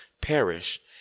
perish